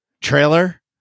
trailer